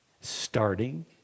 starting